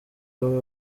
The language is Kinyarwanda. wowe